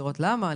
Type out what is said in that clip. לראות למה,